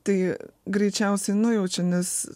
tai greičiausiai nujaučia nes